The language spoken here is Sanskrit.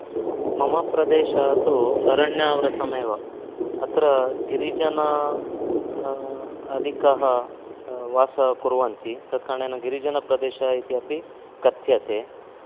मम प्रदेशः तु अरण्यावृतम् एव अत्र गिरिजनाः अधिकः वासः कुर्वन्ति तत् कारणेन गिरिजनप्रदेशः इति अपि कथ्यते